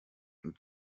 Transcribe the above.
und